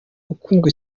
ukunzwe